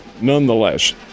nonetheless